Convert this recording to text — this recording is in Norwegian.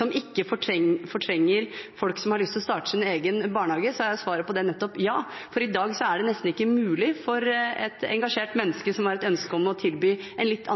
man ikke fortrenger folk som har lyst til å starte sin egen barnehage, så er svaret på det nettopp ja. I dag er det nesten ikke mulig for et engasjert menneske som har et ønske om å tilby en litt